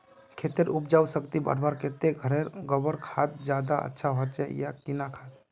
खेतेर उपजाऊ शक्ति बढ़वार केते घोरेर गबर खाद ज्यादा अच्छा होचे या किना खाद?